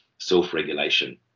self-regulation